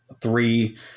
three